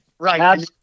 Right